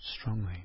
strongly